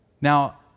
Now